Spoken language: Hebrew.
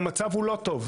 והמצב הוא לא טוב.